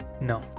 No